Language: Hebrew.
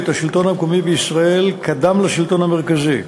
השלטון המקומי בישראל קדם לשלטון המרכזי.